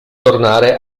tornare